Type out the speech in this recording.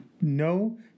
no